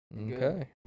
Okay